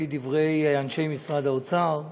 לפי דברי אנשי משרד האוצר,